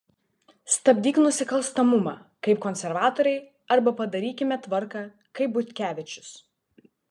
stabdyk nusikalstamumą kaip konservatoriai arba padarykime tvarką kaip butkevičius